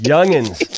Youngins